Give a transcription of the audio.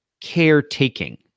caretaking